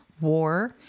war